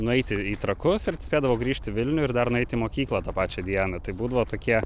nueiti į trakus ir spėdavau grįžt į vilnių ir dar nueit į mokyklą tą pačią dieną tai būdavo tokie